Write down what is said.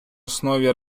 основі